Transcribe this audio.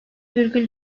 virgül